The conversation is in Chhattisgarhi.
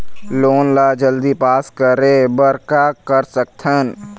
लोन ला जल्दी पास करे बर का कर सकथन?